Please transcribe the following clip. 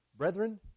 Brethren